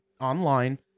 online